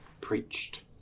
preached